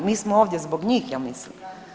Mi smo ovdje zbog njih ja mislim.